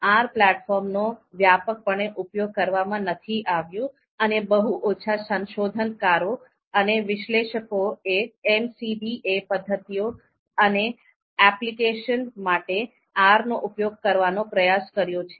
R પ્લેટફોર્મનો વ્યાપકપણે ઉપયોગ કરવામાં નથી આવ્યું છે અને આવ્યો નથી અને બહુ ઓછા સંશોધનકારો અને વિશ્લેષકોએ MCDA પદ્ધતિઓ અને એપ્લિકેશન માટે R નો ઉપયોગ કરવાનો પ્રયાસ કર્યો છે